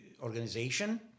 Organization